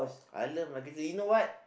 I love my country you know why